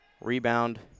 Rebound